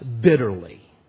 bitterly